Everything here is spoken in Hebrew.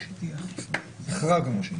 החרגנו,